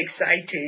excited